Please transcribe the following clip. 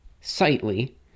sightly